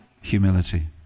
Humility